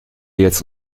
jetzt